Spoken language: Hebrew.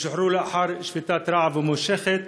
ושוחררו לאחר שביתת רעב ממושכת,